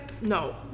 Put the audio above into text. no